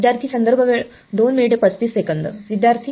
विद्यार्थीः विद्यार्थी